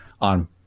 on